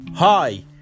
Hi